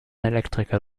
elektriker